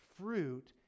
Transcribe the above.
fruit